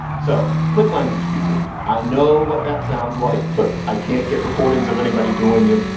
so click language speakers i know what that sounds like, but i can't get recordings of anybody doing it.